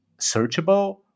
searchable